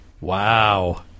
wow